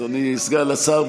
אדוני סגן השר,